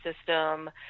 system